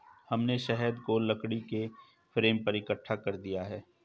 हमने शहद को लकड़ी के फ्रेम पर इकट्ठा कर दिया है